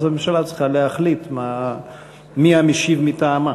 אז הממשלה צריכה להחליט מי המשיב מטעמה.